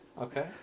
Okay